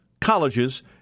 colleges